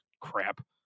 crap